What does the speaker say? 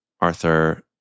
Arthur